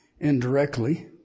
indirectly